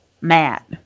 Matt